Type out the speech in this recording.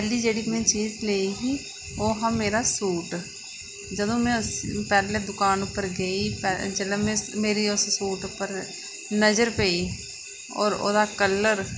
पैह्ली जेह्ड़ी में चीज लेई ही ओह् हा मेरा सूट जंदू में उसी पैह्लें दकान उप्पर गेई पहले जेहले मेरी उस सूट उप्पर नजर पेई और ओह्दा कलर